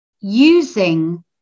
using